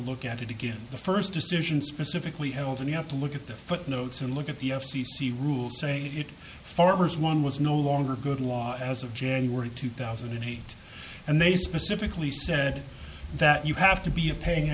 look at it again the first decision specifically held and you have to look at the footnotes and look at the f c c rules saying it farmers one was no longer good law as of january two thousand and eight and they specifically said that you have to be a pain